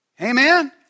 Amen